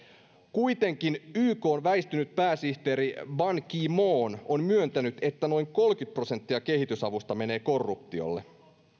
kuitenkin ykn väistynyt pääsihteeri ban ki moon on myöntänyt että noin kolmekymmentä prosenttia kehitysavusta menee korruptiolle